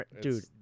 dude